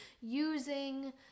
using